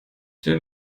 der